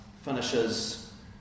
finishes